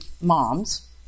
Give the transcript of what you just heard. moms